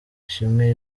ishimwe